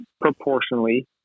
proportionally